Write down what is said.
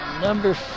number